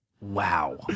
Wow